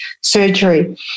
surgery